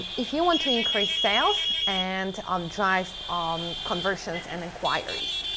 if you want to increase sales and um drive um conversions and inquiries,